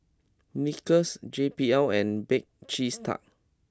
Snickers J B L and Bake Cheese Tart